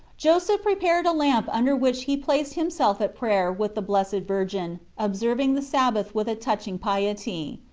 joseph prepared a lamp under which he placed himself at prayer with the blessed virgin, observing the sabbath with a touching piety.